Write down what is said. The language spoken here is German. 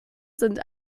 sind